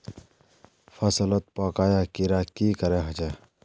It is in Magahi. फसलोत पोका या कीड़ा की करे होचे?